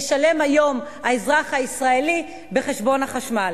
ישלם היום האזרח הישראלי בחשבון החשמל.